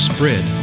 Spread